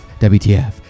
WTF